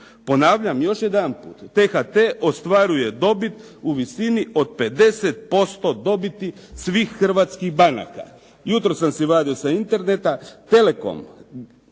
Ponavljam još jedanput, T-HT ostvaruje dobit u visini od 50% dobiti svih hrvatskih banaka. Jutros sam si vadio sa interneta, telecom,